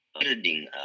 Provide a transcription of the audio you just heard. building